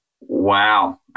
wow